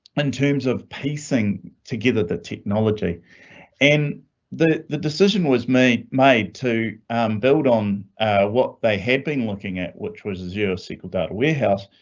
in terms of piecing together the technology and an the decision was made made to um build on what they had been looking at, which was zero sql data warehouse,